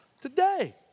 Today